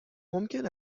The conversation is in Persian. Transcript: ممکن